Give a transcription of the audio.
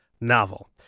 novel